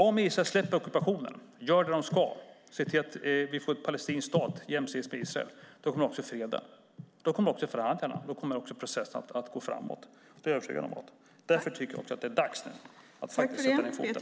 Om Israel släpper ockupationen, gör det som ska göras och ser till att vi får en palestinsk stat jämsides med Israel kommer också freden, förhandlingarna och processen att gå framåt. Det är jag övertygad om. Därför tycker jag att det nu är dags att sätta ned foten.